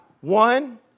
one